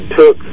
took